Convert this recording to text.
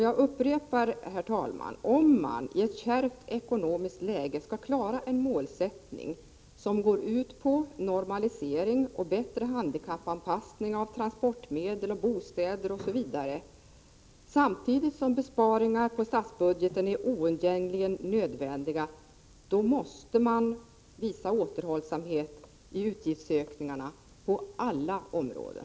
Jag upprepar, herr talman, att om man i ett kärvt ekonomiskt läge skall klara en målsättning som går ut på normalisering och bättre handikappanpassning av transportmedel, bostäder osv., samtidigt som besparingar på statsbudgeten är oundgängligen nödvändiga, måste man visa återhållsamhet i fråga om utgiftsökningarna på alla områden.